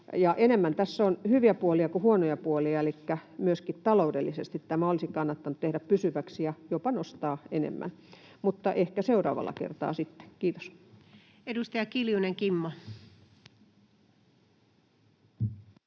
enemmän tässä on hyviä puolia kuin huonoja puolia. Myöskin taloudellisesti tämä olisi kannattanut tehdä pysyväksi ja jopa nostaa enemmän. Mutta ehkä seuraavalla kertaa sitten. — Kiitos. [Speech 169]